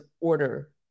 order